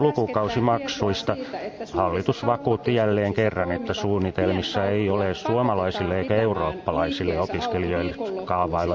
julkisuudessa on ollut äskettäin tietoa siitä että suurissa kauppakeskuksissa toimivat pienkauppiaat pakotetaan pitämään liikkeensä auki viikonloppuisin